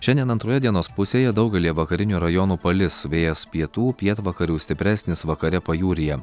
šiandien antroje dienos pusėje daugelyje vakarinių rajonų palis vėjas pietų pietvakarių stipresnis vakare pajūryje